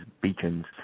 beacons